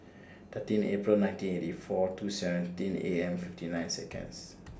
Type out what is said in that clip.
thirteen April nineteen eighty four two seventeen A M fifty nine Seconds